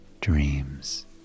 dreams